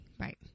Right